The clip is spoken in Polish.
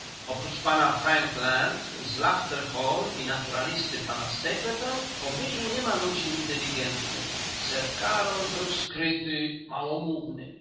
oprócz p frankland w lafterhall i naturalisty p stapleton w pobliżu niema ludzi inteligentnych sir karol był skryty małomówny